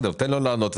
תן לו לענות.